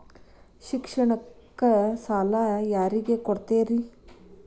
ಶಿಕ್ಷಣಕ್ಕ ಸಾಲ ಯಾರಿಗೆ ಕೊಡ್ತೇರಿ?